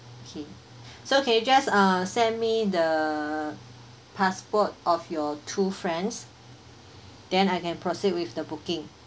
okay so can you just uh send me the passport of your two friends then I can proceed with the booking